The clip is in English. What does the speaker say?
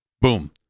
boom